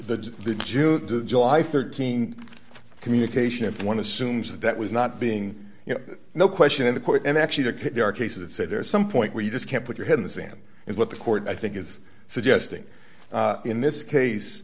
the june july th communication of one assumes that was not being you know no question in the court and actually the case there are cases that say there's some point where you just can't put your head in the sand is what the court i think is suggesting in this case